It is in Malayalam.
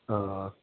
ആ ആ